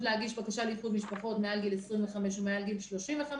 להגיש בקשה לאיחוד משפחות מעל גיל 25 ומעל גיל 35,